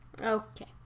Okay